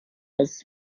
aus